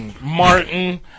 martin